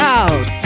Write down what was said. out